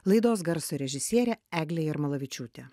laidos garso režisierė eglė jarmolavičiūtė